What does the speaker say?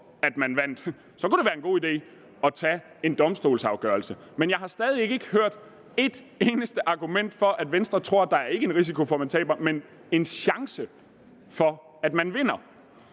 at man vandt, kunne det være en god idé at tage en domstolsafgørelse. Men jeg har stadig væk ikke hørt ét eneste argument for, at Venstre tror, at der ikke er en risiko for, at man taber. Men er der en chance for, at man vinder?